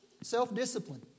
Self-discipline